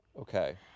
Okay